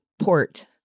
port